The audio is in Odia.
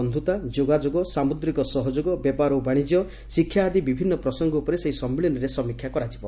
ଆସିଆନ୍ ଭାରତ ବନ୍ଧ୍ରତା ଯୋଗାଯୋଗ ସାମ୍ରଦ୍ରିକ ସହଯୋଗ ବେପାର ଓ ବାଣିଜ୍ୟ ଶିକ୍ଷା ଆଦି ବିଭିନ୍ନ ପ୍ରସଙ୍ଗ ଉପରେ ସେହି ସମ୍ମିଳନୀରେ ସମୀକ୍ଷା କରାଯିବ